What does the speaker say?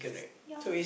ya